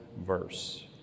verse